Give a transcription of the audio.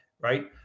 right